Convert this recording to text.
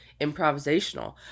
improvisational